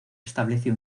estableció